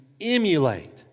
emulate